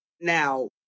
Now